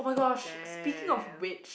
damn